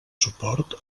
suport